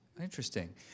interesting